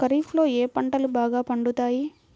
ఖరీఫ్లో ఏ పంటలు బాగా పండుతాయి?